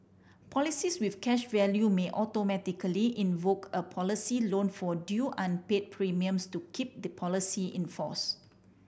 policies with cash value may automatically invoke a policy loan for due unpay premiums to keep the policy in force